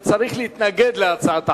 שצריך להתנגד להצעת החוק,